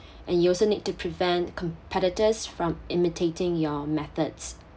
and you also need to prevent competitors from imitating your methods